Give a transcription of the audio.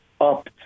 up